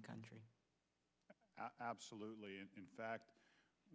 the country absolutely in fact